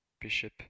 Bishop